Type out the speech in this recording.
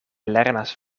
lernas